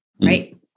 right